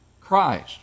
Christ